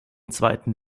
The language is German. zweiten